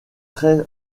très